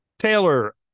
Taylor